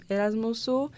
Erasmusu